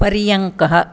पर्यङ्कः